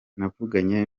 navuganye